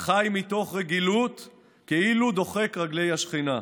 החי מתוך רגילות כאילו דוחק רגלי השכינה,